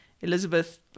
Elizabeth